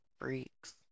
freaks